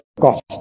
cost